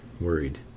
worried